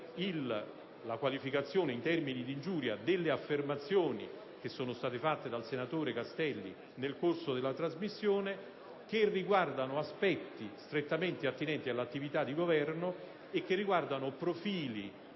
la qualificazione in termini di ingiuria delle affermazioni fatte dal senatore Castelli nel corso della trasmissione, che riguardano aspetti strettamente attinenti all'attività di governo e profili